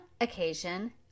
occasion